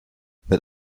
mit